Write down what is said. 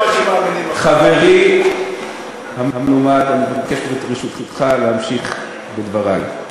חברי המלומד, אני מבקש את רשותך להמשיך בדברי.